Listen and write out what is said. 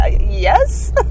yes